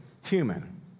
human